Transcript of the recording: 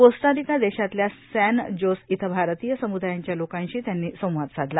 Costa Rica देशातल्या San Jose इथं भारतीय समृदायांच्या लोकांशी त्यांनी संवाद साधला